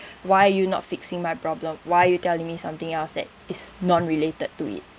why are you not fixing my problem why you telling me something else that is non related to it